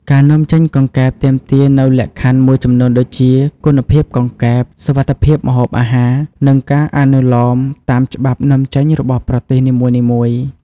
ការនាំចេញកង្កែបទាមទារនូវលក្ខខណ្ឌមួយចំនួនដូចជា គុណភាពកង្កែប សុវត្ថិភាពម្ហូបអាហារ និងការអនុលោមតាមច្បាប់នាំចេញរបស់ប្រទេសនីមួយៗ។